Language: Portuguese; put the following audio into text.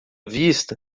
vista